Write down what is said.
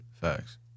Facts